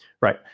right